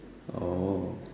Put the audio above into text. oh